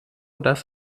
das